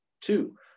Two